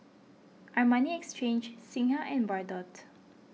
Armani Exchange Singha and Bardot